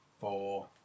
four